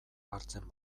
hartzen